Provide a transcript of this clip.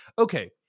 okay